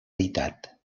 deïtat